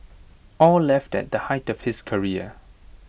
aw left at the height of his career